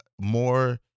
more